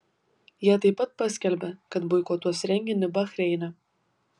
jie taip pat paskelbė kad boikotuos renginį bahreine